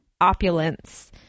opulence